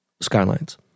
Skylines